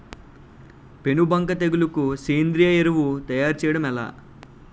పేను బంక తెగులుకు సేంద్రీయ ఎరువు తయారు చేయడం ఎలా?